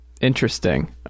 Interesting